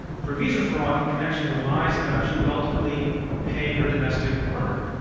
for visa fraud in connection with lies about she would ultimately pay her domestic worker.